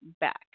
back